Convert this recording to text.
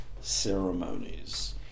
ceremonies